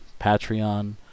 patreon